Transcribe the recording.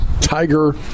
Tiger